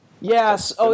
Yes